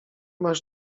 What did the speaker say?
masz